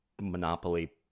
Monopoly